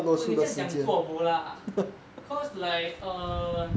不可以这样讲 zuo bo lah cause like err